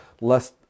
less